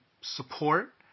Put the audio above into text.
support